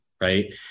right